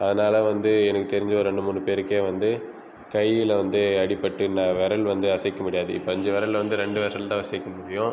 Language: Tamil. அதனால வந்து எனக்கு தெரிஞ்ச ஒரு ரெண்டு மூணு பேருக்கே வந்து கையில் வந்து அடிபட்டு விரல் வந்து அசைக்க முடியாது இப்போது அஞ்சு விரலில் வந்து ரெண்டு விரல் தான் அசைக்க முடியும்